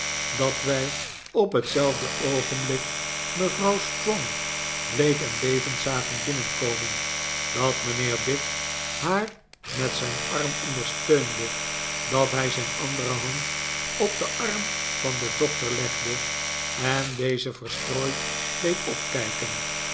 dat wij op hetzelfde oogenblik mevrouw strong bleek en bevend zagen binnenkomen dat mijnheer dick haar met zijn arm ondersteunde dat hij zijn andere hand op den arm van den doctor legde en dezen verstrooid deed opkijken